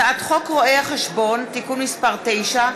הצעת חוק רואי-חשבון (תיקון מס׳ 9),